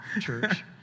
church